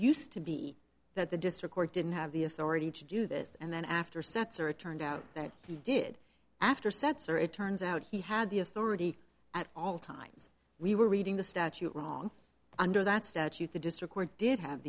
used to be that the district court didn't have the authority to do this and then after setzer it turned out that it did after setser it turns out he had the authority at all times we were reading the statute wrong under that statute the district court did have